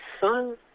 son